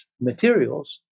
materials